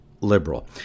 liberal